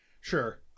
Sure